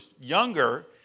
younger